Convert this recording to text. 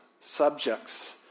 subjects